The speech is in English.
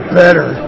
better